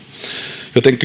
joten